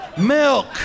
Milk